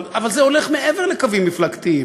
אבל זה הולך מעבר לקווים מפלגתיים.